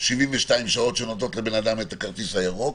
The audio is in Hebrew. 72 שעות שנותנות לבן אדם את הכרטיס הירוק,